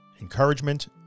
encouragement